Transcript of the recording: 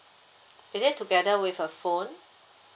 is it together with a phone